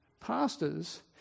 pastors